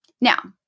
Now